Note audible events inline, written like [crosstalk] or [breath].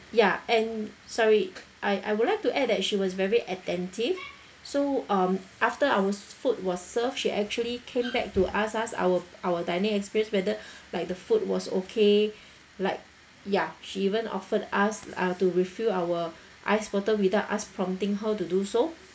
ya and sorry I I would like to add that she was very attentive so um after ours food was served she actually came back to ask us our our dining experience whether [breath] like the food was okay like ya she even offered us ah to refill our ice bottle without us prompting her to do so